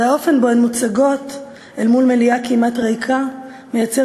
והאופן שבו הן מוצגות אל מול מליאה כמעט ריקה מייצר